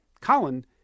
Colin